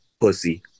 pussy